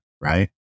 Right